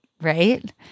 right